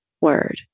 word